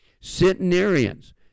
Centenarians